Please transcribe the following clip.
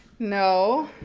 no,